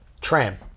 Tram